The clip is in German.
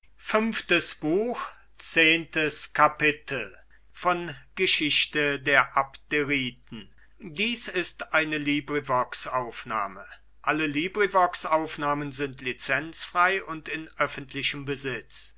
demokritus dies ist